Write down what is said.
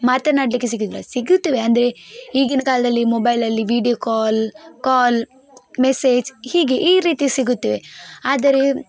ಮಾತನಾಡಲಿಕ್ಕೆ ಸಿಗೋದಿಲ್ಲ ಸಿಗುತ್ತೇವೆ ಅಂದರೆ ಈಗಿನ ಕಾಲದಲ್ಲಿ ಮೊಬೈಲಲ್ಲಿ ವೀಡ್ಯೋ ಕಾಲ್ ಕಾಲ್ ಮೆಸೇಜ್ ಹೀಗೆ ಈ ರೀತಿ ಸಿಗುತ್ತೇವೆ ಆದರೆ